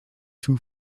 two